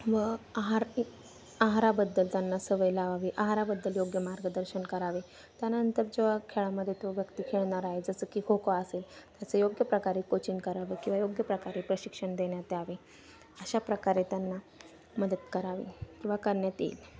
व आहार आहाराबद्दल त्यांना सवय लावावी आहाराबद्दल योग्य मार्गदर्शन करावे त्यानंतर जेव्हा खेळामध्ये तो व्यक्ती खेळणार आहे जसं की खो खो असेल तसे योग्य प्रकारे कोचिंग करावं किंवा योग्य प्रकारे प्रशिक्षण देण्यात यावे अशा प्रकारे त्यांना मदत करावे किंवा करण्यात येईल